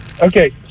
Okay